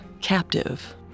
Captive